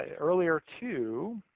ah earlier too,